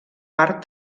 part